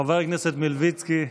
חבר הכנסת מלביצקי,